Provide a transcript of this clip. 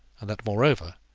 and that, moreover,